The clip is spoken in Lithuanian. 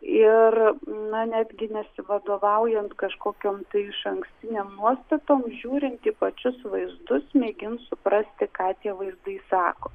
ir na netgi nesivadovaujant kažkokiom išankstinėm nuostatom žiūrinti į pačius vaizdus mėgins suprasti ką tie vaizdai sako